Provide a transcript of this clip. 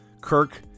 Kirk